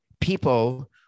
people